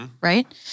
Right